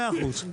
מאה אחוז.